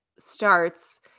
starts